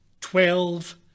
twelve